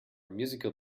musical